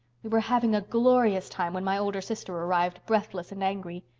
we were having a glorious time when my older sister arrived, breathless and angry.